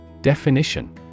Definition